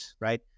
right